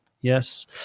yes